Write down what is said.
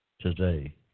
today